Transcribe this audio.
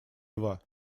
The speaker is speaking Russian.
два